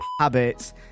habits